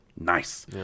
Nice